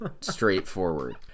straightforward